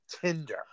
tinder